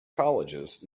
colleges